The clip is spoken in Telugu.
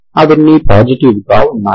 అవన్నీ పాజిటివ్ గా ఉన్నాయి